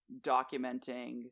documenting